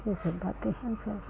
यह सब बातें हैं उसके बाद